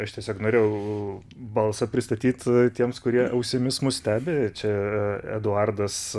aš tiesiog norėjau balsą pristatyt tiems kurie ausimis mus stebi čia eduardas